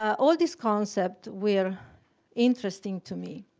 all this concept were interesting to me.